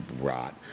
rot